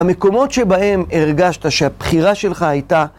המקומות שבהן הרגשת שהבחירה שלך הייתה